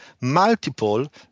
multiple